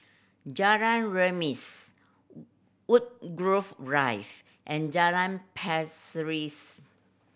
Jalan Remis Woodgrove Drive and Jalan Pasir